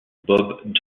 bob